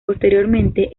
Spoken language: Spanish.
posteriormente